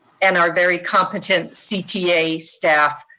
and our very competent cta staff,